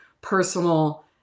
personal